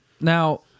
now